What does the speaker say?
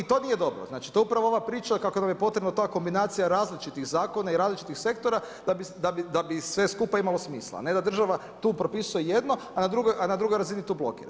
I to nije dobro, to je upravo ova priča kako nam je potrebno ta kombinacija različitih zakona i različitih sektora da bi sve skupa imalo smisla, ne da država tu propisuje jedno a na drugoj razini tu blokira.